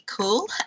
cool